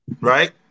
Right